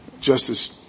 Justice